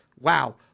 Wow